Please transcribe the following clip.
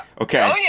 Okay